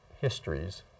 histories